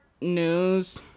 news